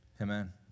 Amen